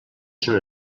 són